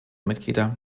mitglieder